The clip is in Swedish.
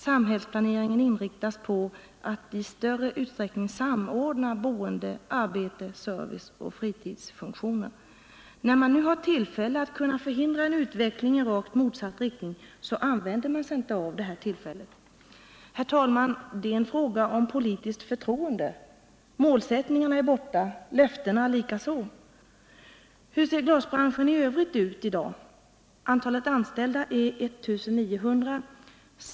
Samhällsplaneringen inriktas på att i större utsträckning samordna boende, arbete, service och fritidsfunktioner.” När man nu har tillfälle att kunna förhindra en utveckling i rakt motsatt riktning, så utnyttjar man inte detta tillfälle. Herr talman! Det är en fråga om politiskt förtroende. Målsättningarna är borta, löftena likaså. Hur ser glasbranschen i övrigt ut i dag? Antalet anställda är 1 900.